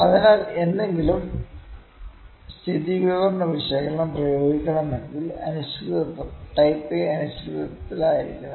അതിനാൽ ഏതെങ്കിലും സ്ഥിതിവിവര വിശകലനം പ്രയോഗിക്കണമെങ്കിൽ അനിശ്ചിതത്വം ടൈപ്പ് എ അനിശ്ചിതത്വത്തിലായിരിക്കണം